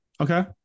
Okay